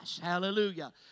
Hallelujah